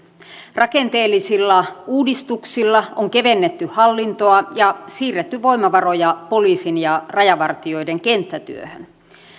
rakenteellisilla uudistuksilla on kevennetty hallintoa ja siirretty voimavaroja poliisin ja rajavartijoiden kenttätyöhön